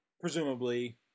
presumably